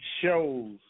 shows